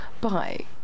Bye